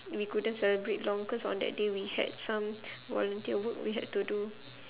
we couldn't celebrate long cause on that day we had some volunteer work we had to do